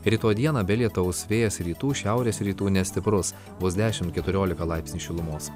rytoj dieną be lietaus vėjas rytų šiaurės rytų nestiprus bus dešimt keturiolika laipsnių šilumos